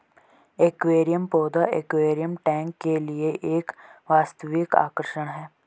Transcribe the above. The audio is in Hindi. एक्वेरियम पौधे एक्वेरियम टैंक के लिए एक वास्तविक आकर्षण है